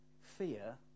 fear